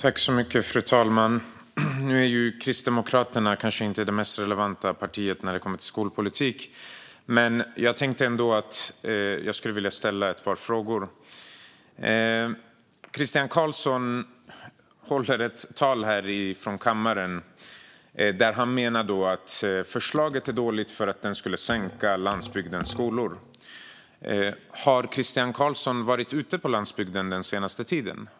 Fru talman! Kristdemokraterna är kanske inte det mest relevanta partiet när det kommer till skolpolitik, men jag vill ändå ställa ett par frågor. Christian Carlsson håller ett tal här i kammaren där han menar att förslaget är dåligt för att det skulle sänka landsbygdens skolor. Har Christian Carlsson varit ute på landsbygden på senaste tiden?